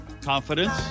confidence